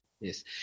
Yes